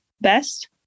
best